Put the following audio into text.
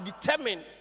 determined